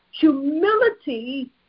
Humility